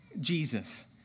Jesus